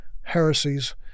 heresies